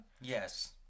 Yes